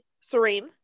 Serene